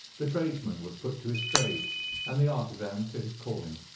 the tradesman was put to his trade and the artisan to his calling.